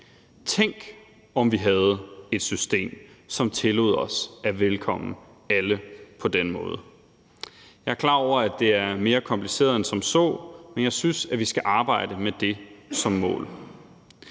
Tænk, hvis vi havde et system, der tillod at sige velkommen til alle på den måde. Jeg er klar over, at det er mere kompliceret end som så, men jeg synes, at vi skal arbejde med det som mål.